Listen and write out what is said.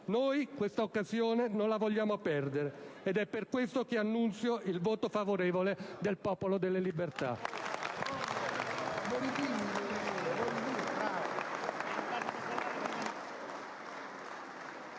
Noi questa occasione non la vogliamo perdere, ed è per questo che annuncio il voto favorevole del Popolo della Libertà.